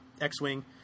X-Wing